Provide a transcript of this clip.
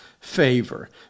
favor